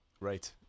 Right